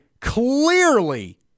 clearly